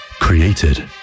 Created